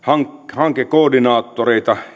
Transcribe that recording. hankekoordinaattoreita